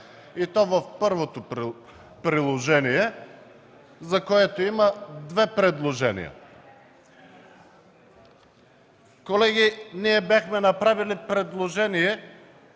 и то в първото приложение, за което има две предложения. Колеги, бяхме направили предложение